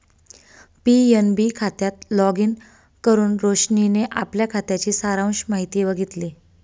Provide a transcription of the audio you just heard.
PNB खात्यात login करुन रोशनीने आपल्या खात्याची सारांश माहिती बघितली